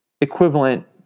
equivalent